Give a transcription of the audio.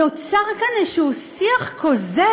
נוצר כאן איזשהו שיח כוזב,